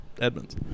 Edmonds